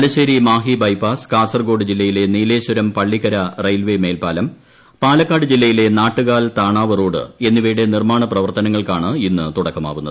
Thalassery Mahe bypass Kasaragod ജില്ലയിലെ Nileshwaram Pallikkara railway മേൽപ്പാലം പാലക്കാട് ജില്ലയിലെ ന്യാട്ടുകാൽ താണാവ് റോഡ് എന്നിവയുടെ നിർമാണ പ്രവർത്തനങ്ങൾക്കാണ് ഇന്ന് തുടക്കമാവുന്നത്